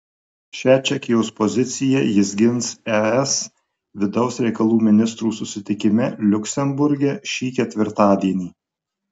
šią čekijos poziciją jis gins es vidaus reikalų ministrų susitikime liuksemburge šį ketvirtadienį